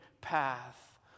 path